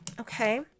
okay